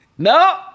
No